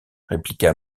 répliqua